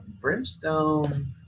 Brimstone